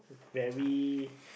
very